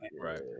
Right